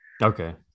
Okay